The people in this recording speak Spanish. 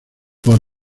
más